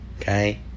Okay